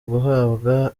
guhabwa